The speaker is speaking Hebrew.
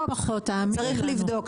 צריך לבדוק --- צריך לבדוק?